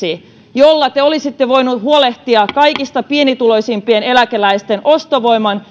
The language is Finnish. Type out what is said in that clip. jolla te olisitte voinut huolehtia kaikista pienituloisimpien eläkeläisten ostovoiman